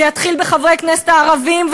זה יתחיל בחברי הכנסת הערבים,